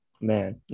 man